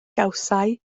gawsai